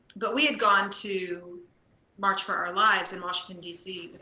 but we had gone to march for our lives in washington, d c,